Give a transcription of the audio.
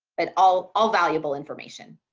but all all valuable information.